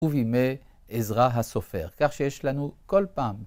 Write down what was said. ובימי עזרא הסופר, כך שיש לנו כל פעם.